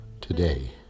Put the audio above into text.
Today